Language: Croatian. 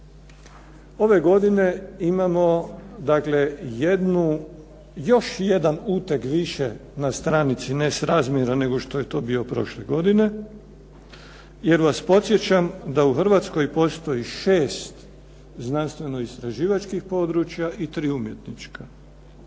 Ove godine imamo dakle još jedan uteg više na stranici nesrazmjera nego što je to bio prošle godine, jer vas podsjećam da u Hrvatskoj postoji šest znanstveno-istraživačkih područja i tri umjetnička.